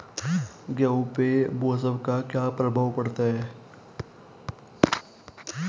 गेहूँ पे मौसम का क्या प्रभाव पड़ता है?